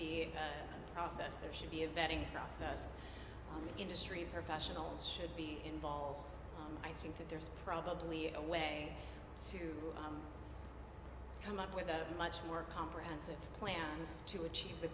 be a process there should be a vetting process industry professionals should be involved i think that there's probably a way to come up with a much more comprehensive plan to achieve the